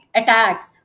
attacks